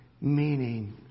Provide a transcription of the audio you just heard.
meaning